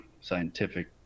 scientific